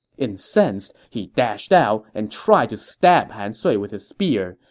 incensed, he dashed out and tried to stab han sui with his spear,